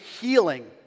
healing